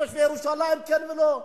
תושבי ירושלים כן ולא,